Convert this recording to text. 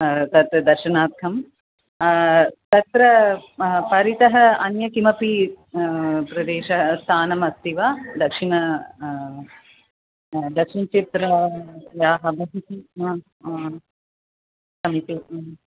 तत् दर्शनार्थं तत्र परीतः अन्य किमपि प्रदेश स्थानम् अस्ति वा दक्षिण दक्षिणचित्रा आम् आम् सन्तोषम्